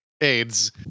AIDS